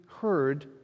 heard